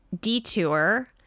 detour